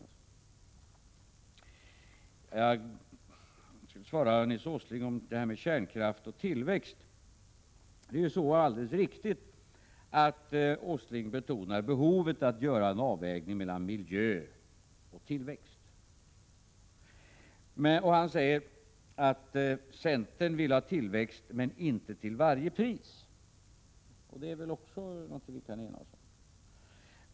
Jag vill svara Nils Åsling om detta med kärnkraft och tillväxt. Det är alldeles riktigt när Nils Åsling betonar behovet av att göra en avvägning mellan miljö och tillväxt. Han säger att centern vill ha tillväxt men inte till varje pris. Det är något som vi kan ena oss om.